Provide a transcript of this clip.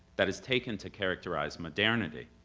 that has taken to characterize modernity.